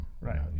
Right